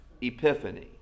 Epiphany